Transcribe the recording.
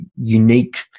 unique